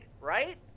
right